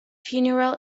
funeral